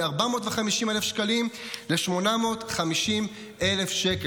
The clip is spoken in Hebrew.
מ-450,000 שקלים ל-850,000 שקל.